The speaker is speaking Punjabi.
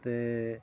ਅਤੇ